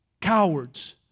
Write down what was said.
Cowards